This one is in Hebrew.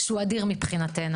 שהוא אדיר מבחינתנו.